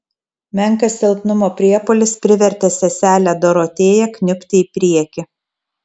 menkas silpnumo priepuolis privertė seselę dorotėją kniubti į priekį